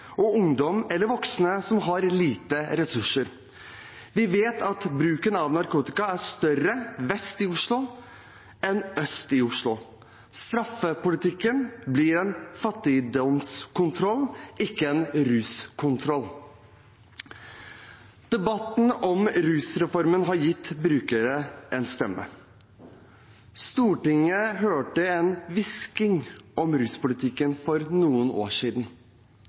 og ungdom eller voksne som har lite ressurser. Vi vet at bruken av narkotika er større vest i Oslo enn øst i Oslo. Straffepolitikken blir en fattigdomskontroll, ikke en ruskontroll. Debatten om rusreformen har gitt brukerne en stemme. Stortinget hørte en hvisking om ruspolitikken for noen år siden.